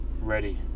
ready